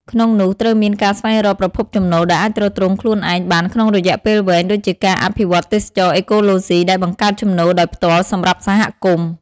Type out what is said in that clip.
ក្នុងនោះ ត្រូវមានការស្វែងរកប្រភពចំណូលដែលអាចទ្រទ្រង់ខ្លួនឯងបានក្នុងរយៈពេលវែងដូចជាការអភិវឌ្ឍទេសចរណ៍អេកូឡូស៊ី ដែលបង្កើតចំណូលដោយផ្ទាល់សម្រាប់សហគមន៍។